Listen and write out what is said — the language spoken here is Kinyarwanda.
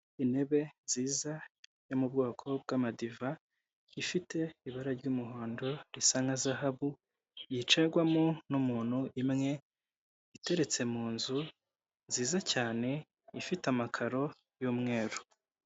Intebe nziza yo mu bwoko bw'amadiva ifite ibara ry'umuhondo risa nka zahabu yicarwamo n'umuntu imwe iteretse mu nzu nziza cyane ifite amakaro y'umweru.